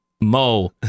Mo